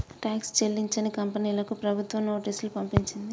tax చెల్లించని కంపెనీలకు ప్రభుత్వం నోటీసులు పంపించింది